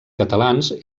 catalans